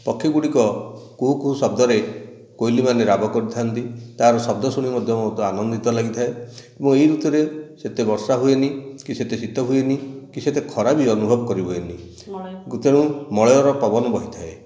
ପକ୍ଷୀ ଗୁଡ଼ିକ କୁହୁକୁହୁ ଶବ୍ଦରେ କୋଇଲି ମାନେ ରାବ କରିଥାନ୍ତି ତାର ଶବ୍ଦ ଶୁଣି ମଧ୍ୟ ବହୁତ ଆନନ୍ଦିତ ଲାଗିଥାଏ ଏବଂ ଏଇ ଋତୁରେ ସେତେ ବର୍ଷା ହୁଏନି କି ସେତେ ଶୀତ ହୁଏନି କି ସେତେ ଖରା ବି ଅନୁଭବ କରି ହୁଏନି ତେଣୁ ମଳୟର ପବନ ବହିଥାଏ